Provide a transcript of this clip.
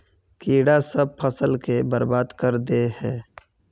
कीड़ा सब फ़सल के बर्बाद कर दे है?